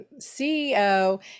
CEO